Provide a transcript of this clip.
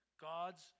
God's